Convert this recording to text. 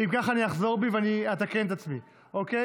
אם כך, אני אחזור בי ואתקן את עצמי.